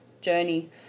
journey